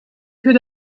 could